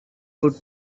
would